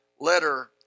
letter